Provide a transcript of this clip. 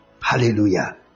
Hallelujah